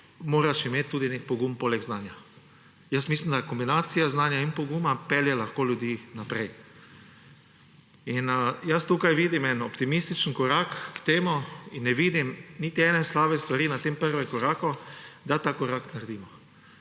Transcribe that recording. moraš imeti tudi nek pogum poleg znanja. Mislim, da kombinacija znanja in poguma pelje lahko ljudi naprej. In tukaj vidim en optimističen korak k temu in ne vidim niti ene slabe stvari na tem prvem koraku, da ta korak naredimo.